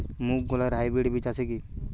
মুগকলাই এর হাইব্রিড বীজ আছে কি?